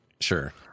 Sure